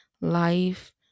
life